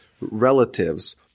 relatives